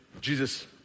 Jesus